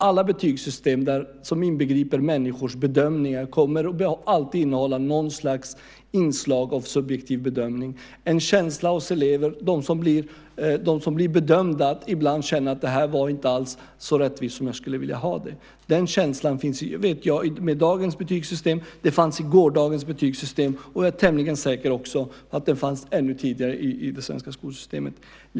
Alla betygssystem som inbegriper människors bedömningar kommer alltid att innehålla något slags inslag av subjektiv bedömning. De som blir bedömda kommer ibland att känna att det inte var så rättvist som de skulle vilja. Den känslan finns med dagens betygssystem. Den fanns med gårdagens betygssystem och jag är tämligen säker på att den fanns även ännu tidigare i det svenska skolsystemet.